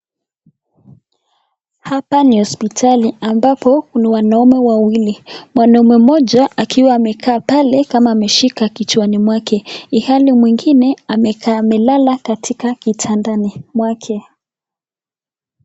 Hapa ni hospitali ambapo wanaume wawili , mwanaume moja akiwa amekaa pale kama ameshika kichwani mwake ihali mwingine amelala katika kitanda mwake.